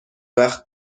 وقت